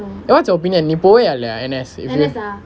eh what's your opinion நீ போவியா இல்லையா:ni poviyaa ilaiyaa N_S